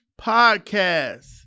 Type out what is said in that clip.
podcast